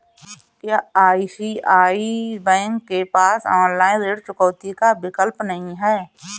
क्या ICICI bank के पास ऑनलाइन ऋण चुकौती का विकल्प नहीं है?